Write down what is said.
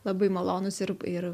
labai malonūs ir ir